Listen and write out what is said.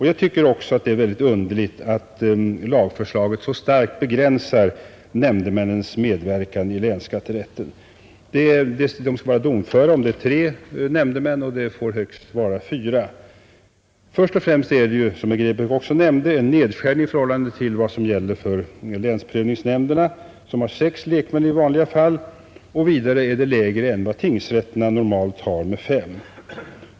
Jag tycker också att det är mycket underligt att lagförslaget så starkt begränsar nämndemännens medverkan i länsskatterätten. Rätten skall vara domför om tre nämndemän är närvarande, och det får vara högst fyra. Först och främst är det, som herr Grebäck också nämnde, en nedskärning i förhållande till vad som gäller för länsprövningsnämnderna, vilka har sex lekmän i vanliga fall. Vidare är det lägre antal än vad tingsrätterna har med normalt fem.